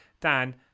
Dan